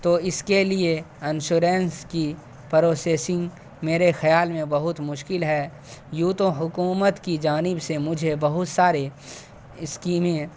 تو اس کے لیے انشورنس کی پروسیسنگ میرے خیال میں بہت مشکل ہے یوں تو حکومت کی جانب سے مجھے بہت سارے اسکیمیں